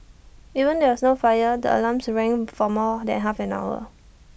even though there was no fire the alarms rang for more than half an hour